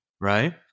right